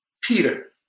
Peter